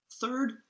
Third